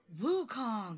Wukong